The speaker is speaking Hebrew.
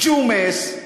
ג'ומס,